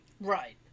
Right